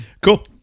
Cool